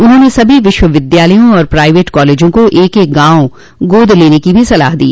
उन्होंने सभी विश्वविद्यालयों और प्राइवेट कॉलेजों को एक एक गांव गोद लेने की भी सलाह दी